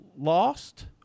lost